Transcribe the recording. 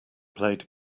played